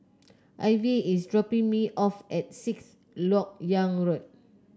Ivy is dropping me off at Sixth LoK Yang Road